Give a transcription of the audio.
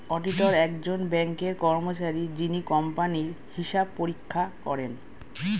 auditor একজন ব্যাঙ্কের কর্মচারী যিনি কোম্পানির হিসাব পরীক্ষা করেন